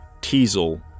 Teasel